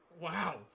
Wow